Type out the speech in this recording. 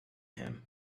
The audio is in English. him